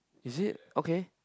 is it okay